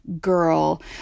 girl